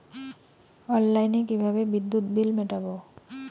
অনলাইনে কিভাবে বিদ্যুৎ বিল মেটাবো?